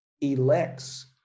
elects